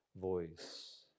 voice